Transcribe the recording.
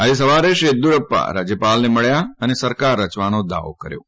આજે સવારે શ્રી યેદયુરપ્પા રાજ્યપાલને મળ્યા હતા અને સરકાર રચવાનો દાવો કર્યો હતો